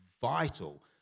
vital